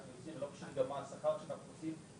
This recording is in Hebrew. מוציאים ו גם לא משנה מה השכר שאנחנו מציעים.